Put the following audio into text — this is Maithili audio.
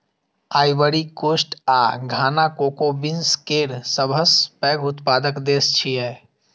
आइवरी कोस्ट आ घाना कोको बीन्स केर सबसं पैघ उत्पादक देश छियै